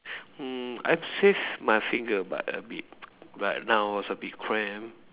mm I save my finger but a bit but now was a bit cramp